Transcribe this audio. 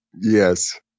Yes